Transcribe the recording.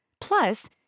Plus